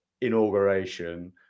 inauguration